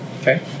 Okay